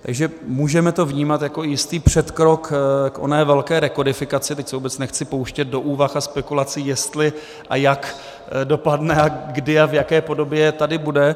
Takže můžeme to vnímat jako i jistý předkrok k oné velké rekodifikaci teď se vůbec nechci pouštět do úvah a spekulací, jestli a jak dopadne, kdy a v jaké podobě tady bude.